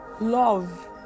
Love